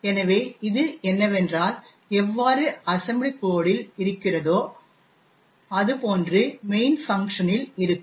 எனவே இது என்னவென்றால் எவ்வாறு அசெம்ப்ளி கோட் இல் இ௫க்கிறதோ அதுபோன்று மெயினஂ ஃபஙஂகஂஷனஂ இல் இருக்கும்